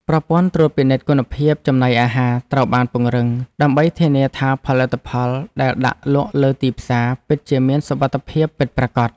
ប្រព័ន្ធត្រួតពិនិត្យគុណភាពចំណីអាហារត្រូវបានពង្រឹង ដើម្បីធានាថាផលិតផលដែលដាក់លក់លើទីផ្សារពិតជាមានសុវត្ថិភាពពិតប្រាកដ។